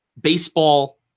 baseball